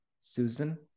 Susan